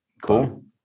Cool